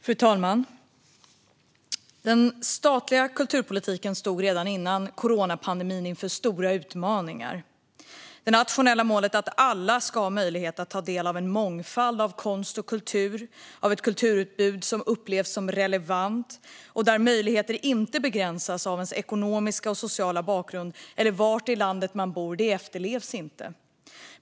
Fru talman! Den statliga kulturpolitiken stod redan innan coronapandemin inför stora utmaningar. Det nationella målet, att alla ska ha möjlighet att ta del av en mångfald av konst och kultur och av ett kulturutbud som upplevs som relevant och att möjligheterna inte ska begränsas av ens ekonomiska och sociala bakgrund eller av var i landet man bor, uppnås inte.